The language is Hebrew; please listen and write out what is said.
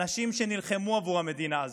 אנשים שנלחמו עבור המדינה הזאת,